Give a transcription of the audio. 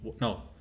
No